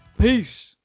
Peace